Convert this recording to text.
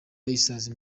isazi